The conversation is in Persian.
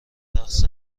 رقص